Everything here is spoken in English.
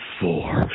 four